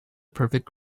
perfect